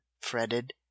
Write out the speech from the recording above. fretted